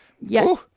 Yes